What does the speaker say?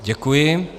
Děkuji.